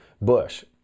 bush